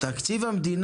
בהמשך לדברים,